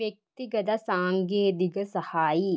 വ്യക്തിഗത സാങ്കേതിക സഹായി